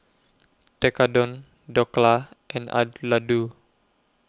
Tekkadon Dhokla and Ladoo